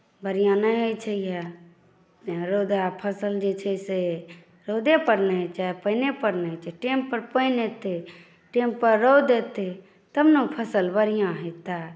बढ़िआँ नहि होइत छै हए तऽ रौदा फसल जे छै से रौदेपर ने होइत छै पानिएपर ने होइत छै टाइमपर पानि एतै टाइमपर रौद एतै तब ने ओ फसल बढ़िआँ होतै